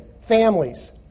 families